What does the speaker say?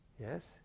Yes